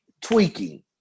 tweaking